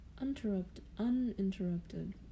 uninterrupted